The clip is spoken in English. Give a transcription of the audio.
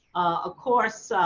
of course.